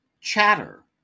Chatter